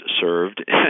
served